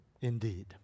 indeed